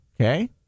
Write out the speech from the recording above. okay